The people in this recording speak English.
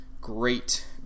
Great